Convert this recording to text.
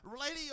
lady